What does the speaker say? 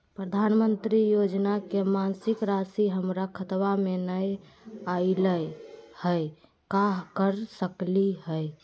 प्रधानमंत्री योजना के मासिक रासि हमरा खाता में नई आइलई हई, का कर सकली हई?